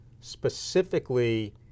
specifically